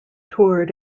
toured